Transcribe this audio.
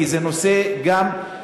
כי זה נושא גם,